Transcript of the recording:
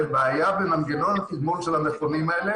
יש בעיה במנגנון התגמול של המכונים האלה